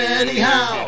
anyhow